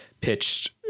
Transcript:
pitched